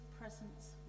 presence